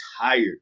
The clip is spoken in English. tired